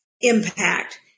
impact